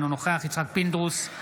אינו נוכח יצחק פינדרוס,